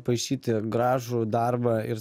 paišyti gražų darbą ir